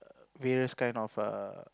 various kind of a